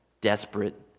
desperate